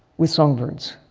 with songbirds,